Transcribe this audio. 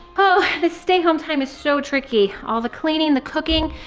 oh the stay home time is so tricky! all the cleaning, the cooking,